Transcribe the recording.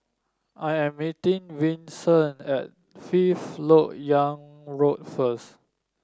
I am meeting Vicente at Fifth LoK Yang Road first